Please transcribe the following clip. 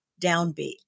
downbeat